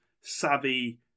savvy